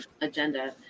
agenda